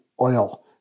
oil